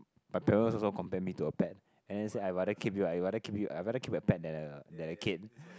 my parents also compare me to a pet and then they say I rather keep you I rather keep you I rather keep a pet than a than a kid